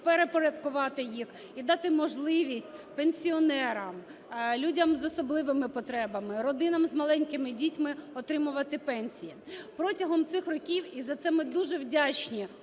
перепорядкувати їх і дати можливість пенсіонерам, людям з особливими потребами, родинам з маленькими дітьми отримувати пенсії. Протягом цих років, і за це ми дуже вдячні,